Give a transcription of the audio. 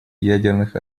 ядерных